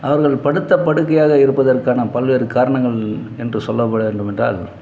அவர்கள் படுத்த படுக்கையாக இருப்பதற்கான பல்வேறு காரணங்கள் என்று சொல்லப்பட வேண்டுமென்றால்